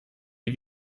die